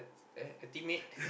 a teammate